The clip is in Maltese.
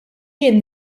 jien